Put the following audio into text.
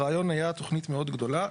הרעיון היה תוכנית מאוד גדולה.